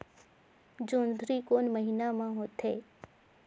जोंदरी कोन महीना म होथे?